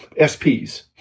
SPs